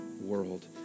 world